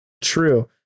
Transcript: true